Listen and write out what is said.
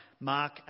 Mark